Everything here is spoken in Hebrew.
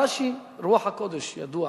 רש"י, רוח הקודש, ידוע.